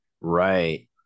Right